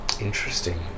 Interesting